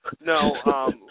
No